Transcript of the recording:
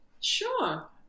Sure